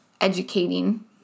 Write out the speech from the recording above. educating